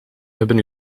hebben